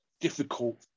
difficult